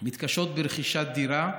מתקשות ברכישת דירה,